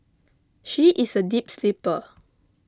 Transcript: she is a deep sleeper